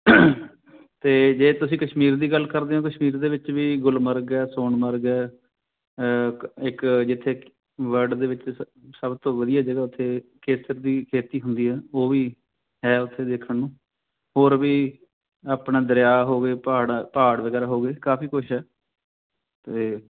ਅਤੇ ਜੇ ਤੁਸੀਂ ਕਸ਼ਮੀਰ ਦੀ ਗੱਲ ਕਰਦੇ ਹੋ ਕਸ਼ਮੀਰ ਦੇ ਵਿੱਚ ਵੀ ਗੁਲਮਾਰਗ ਹੈ ਸੋਨਮਾਰਗ ਹੈ ਇੱਕ ਜਿੱਥੇ ਵਰਲਡ ਦੇ ਵਿੱਚ ਸ ਸਭ ਤੋਂ ਵਧੀਆ ਜਗ੍ਹਾ ਉੱਥੇ ਕੇਸਰ ਦੀ ਖੇਤੀ ਹੁੰਦੀ ਆ ਉਹ ਵੀ ਹੈ ਉੱਥੇ ਦੇਖਣ ਨੂੰ ਹੋਰ ਵੀ ਆਪਣਾ ਦਰਿਆ ਹੋ ਗਏ ਪਹਾੜ ਪਹਾੜ ਵਗੈਰਾ ਹੋ ਗਏ ਕਾਫੀ ਕੁਛ ਹੈ ਅਤੇ